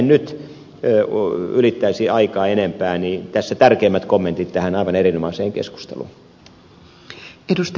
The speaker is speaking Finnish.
jotta en nyt ylittäisi aikaa enempää tässä tärkeimmät kommentit tähän aivan erinomaiseen keskusteluun